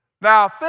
Now